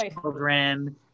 children